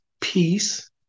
peace